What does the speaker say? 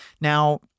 Now